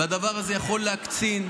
והדבר הזה יכול להקצין,